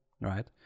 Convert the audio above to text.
right